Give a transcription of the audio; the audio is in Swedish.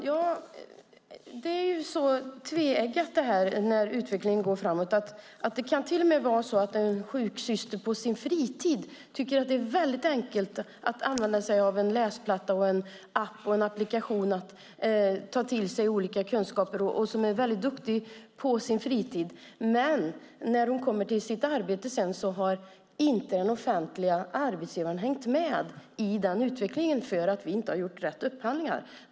Herr talman! Det är tveeggat när utvecklingen går framåt. Det kan till och med vara så att en sjuksyster på sin fritid med lätthet använder en läsplatta och en applikation för att ta till sig kunskaper medan hennes offentliga arbetsgivare inte har hängt med i den utvecklingen för att man inte har gjort rätt upphandlingar.